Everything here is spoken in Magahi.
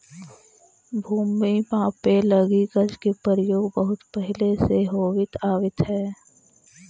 भूमि मापे लगी गज के प्रयोग बहुत पहिले से होवित आवित हइ